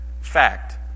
fact